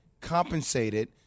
compensated